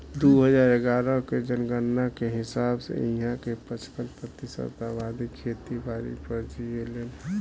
दू हजार इग्यारह के जनगणना के हिसाब से इहां के पचपन प्रतिशत अबादी खेती बारी पर जीऐलेन